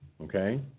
okay